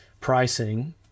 pricing